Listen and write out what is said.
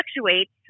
fluctuates